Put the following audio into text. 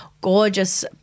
gorgeous